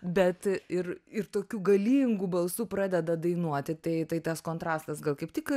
bet ir ir tokiu galingu balsu pradeda dainuoti tai tai tas kontrastas gal kaip tik